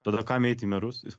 tada kam eit į merus